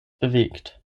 bewegt